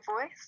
voice